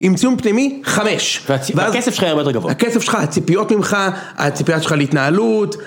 עם ציון פנימי חמש, והכסף שלך היה הרבה יותר גבוה, הכסף שלך, הציפיות ממך, הציפיות שלך להתנהלות